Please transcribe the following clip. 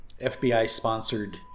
FBI-sponsored